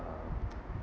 uh